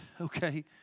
Okay